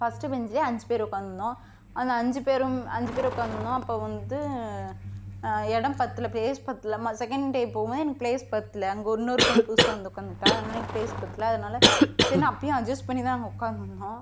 first bench அஞ்சு பேர் உட்காந்துருந்தோம் ஆனால் அஞ்சு பேரும் அஞ்சு பேர் உட்காந்துருந்தோம் அப்போ வந்து இடம் பத்தல ப்ளேஸ் பத்தல செகண்ட் டே போனேன் ப்ளேஸ் பத்தல அங்கே இன்னொரு பொண்ணு புதுசாக வந்து உட்காந்துட்டா அதனால் ப்ளேஸ் பத்தல அதனால சரின்னு அப்பவும் அஜெஸ்ட் பண்ணி தான் உட்காந்துருந்தோம்